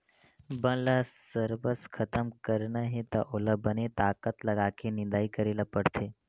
बन ल सरबस खतम करना हे त ओला बने ताकत लगाके निंदई करे ल परथे